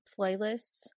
playlists